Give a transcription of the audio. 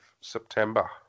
September